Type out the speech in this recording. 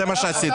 זה מה שעשיתם.